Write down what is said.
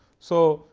so,